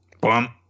Bum